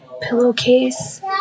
pillowcase